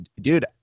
dude